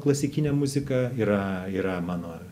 klasikinė muzika yra yra mano